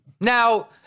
Now